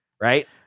right